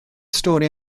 stori